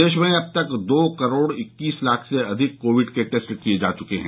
प्रदेश में अब तक दो करोड़ इक्कतीस लाख से अधिक कोविड के टेस्ट किये जा चुके हैं